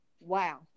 wow